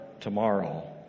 tomorrow